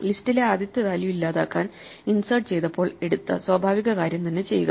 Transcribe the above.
ലിസ്റ്റിലെ ആദ്യത്തെ വാല്യൂ ഇല്ലാതാക്കാൻ ഇൻസേർട്ട് ചെയ്തപ്പോൾ എടുത്ത സ്വാഭാവിക കാര്യം തന്നെ ചെയ്യുക